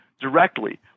directly